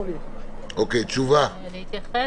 אני אתייחס.